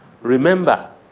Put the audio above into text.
Remember